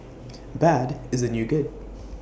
bad is the new good